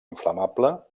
inflamable